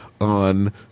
on